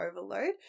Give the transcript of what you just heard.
overload